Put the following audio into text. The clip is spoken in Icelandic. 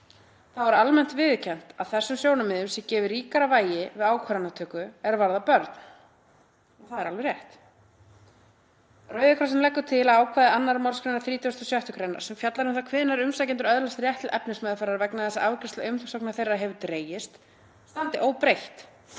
Þá er almennt viðurkennt að þessum sjónarmiðum sé gefið ríkara vægi við ákvarðanatöku er varða börn.“ — Og það er alveg rétt. „Rauði krossinn leggur til að ákvæði 2. mgr. 36. gr., sem fjallar um það hvenær umsækjendur öðlast rétt til efnismeðferðar vegna þess að afgreiðsla umsóknar þeirra hefur dregist, standi óbreytt